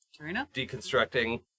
deconstructing